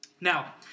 Now